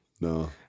No